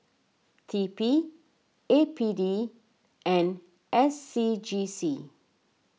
T P A P D and S C G C